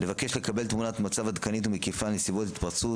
נבקש לקבל תמונת מצב עדכנית ומקיפה על נסיבות ההתפרצות,